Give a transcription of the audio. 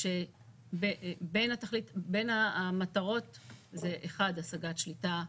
בין המטרות זה השגת שליטה,